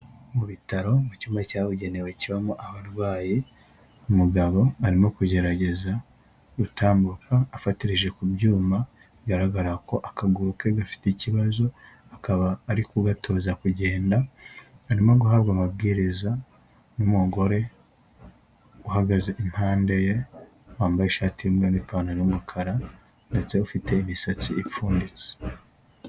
Mu bitaro mu cyumba cyabugenewe kibamo abarwayi umugabo arimo kugerageza gutambuka afashe ku byuma, bigaragara ko akaguru ke gafite ikibazo akaba ari ko gatotoza kugenda arimo guhabwa amabwiriza n'umugore uhagaze impande ye wambaye ishati y'umweru, ipantaro y'umukara ndetse ufite imisatsi ipfunditse.